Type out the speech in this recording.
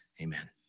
Amen